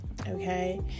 okay